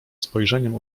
spojrzeniem